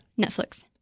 Netflix